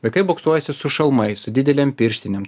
vaikai boksuojasi su šalmais su didelėm pirštinėm